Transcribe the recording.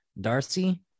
Darcy